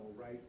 right